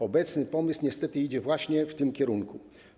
Obecny pomysł niestety idzie właśnie w tym kierunku.